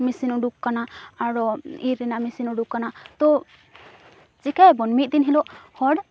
machine ᱩᱰᱩᱠ ᱟᱠᱟᱱᱟ ᱟᱨᱚ ᱤᱨ ᱨᱮᱱᱟᱜ ᱢᱤᱥᱤᱱ ᱩᱰᱩᱠ ᱟᱠᱟᱱᱟ ᱛᱚ ᱪᱤᱠᱟᱹᱭᱟᱵᱚᱱ ᱢᱤᱫ ᱫᱤᱱ ᱦᱤᱞᱳᱜ ᱦᱚᱲ